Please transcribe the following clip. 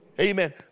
Amen